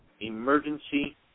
emergency